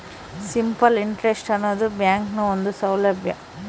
simple interest ಆನದು ಬ್ಯಾಂಕ್ನ ಒಂದು ಸೌಲಬ್ಯಾ